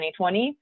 2020